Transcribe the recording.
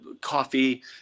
coffee